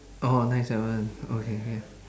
orh nine seven okay can